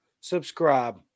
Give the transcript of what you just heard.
Subscribe